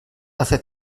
hace